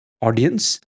audience